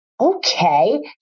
okay